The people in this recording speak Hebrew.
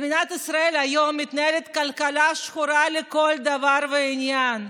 במדינת ישראל היום מתנהלת כלכלה שחורה לכל דבר ועניין.